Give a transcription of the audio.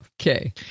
Okay